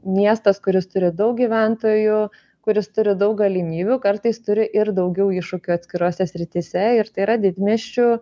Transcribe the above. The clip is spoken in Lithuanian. miestas kuris turi daug gyventojų kuris turi daug galimybių kartais turi ir daugiau iššūkių atskirose srityse ir tai yra didmiesčių